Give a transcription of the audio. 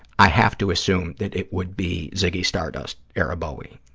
i have to assume that it would be ziggy stardust-era bowie.